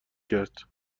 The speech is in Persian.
کرد